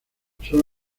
son